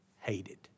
Hated